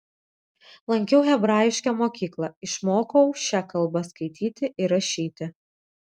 lankiau hebrajišką mokyklą išmokau šia kalba skaityti ir rašyti